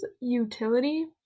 utility